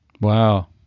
Wow